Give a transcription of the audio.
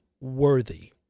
worthy